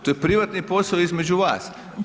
To je privatni posao između vas